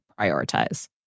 prioritize